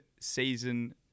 season